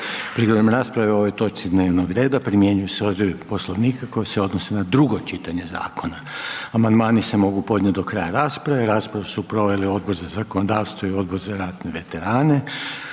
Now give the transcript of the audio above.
Prigodom raspravi o ovoj točci dnevnog reda primjenjuju se odredbe Poslovnika koje se odnose na drugo čitanje zakona. Amandmani se mogu podnijeti do kraja rasprave. Raspravu su proveli Odbor za zakonodavstvo i Odbor za ratne veterane.